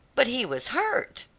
but he was hurt.